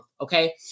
okay